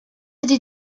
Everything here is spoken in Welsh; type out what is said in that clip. ydy